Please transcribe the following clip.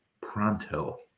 pronto